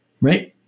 Right